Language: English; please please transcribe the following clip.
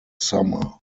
summer